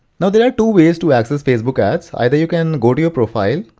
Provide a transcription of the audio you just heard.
now there are two ways to access facebook ads, either you can go to your profile,